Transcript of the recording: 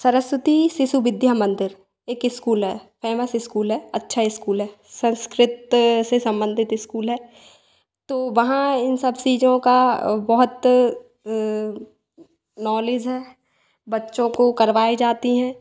सरस्वती शिशु विद्या मंदिर एक स्कूल है famous school है अच्छा स्कूल है संस्कृत से संबंधित स्कूल है तो वहाँ उन सब चीज़ों का बहोत नॉलेज है बच्चों को करवाए जाते हैं